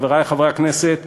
חברי חברי הכנסת,